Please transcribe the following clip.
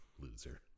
Loser